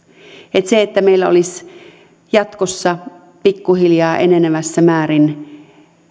eikä niin että meillä olisi jatkossa pikkuhiljaa enenevässä määrin